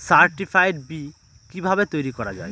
Certified বি কিভাবে তৈরি করা যায়?